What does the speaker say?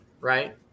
right